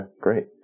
great